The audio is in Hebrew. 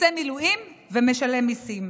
עושה מילואים ומשלם מיסים.